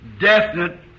definite